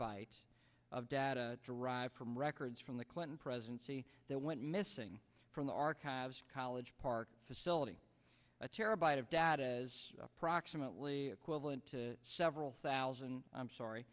yte of data derived from records from the clinton presidency that went missing from the archives college park facility a terabyte of data is approximately equivalent to several thousand i'm sorry